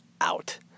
out